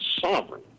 sovereign